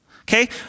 Okay